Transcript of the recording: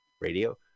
radio